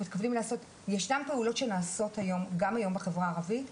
ישנן פעולות שנעשות גם היום בחברה הערבית,